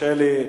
תרשה לי,